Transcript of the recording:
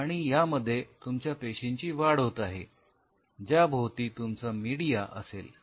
आणि यामध्ये तुमच्या पेशींची वाढ होत आहे ज्या भोवती तुमचा मीडिया असेल